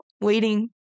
waiting